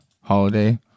holiday